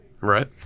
right